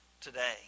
today